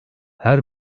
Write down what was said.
her